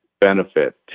benefit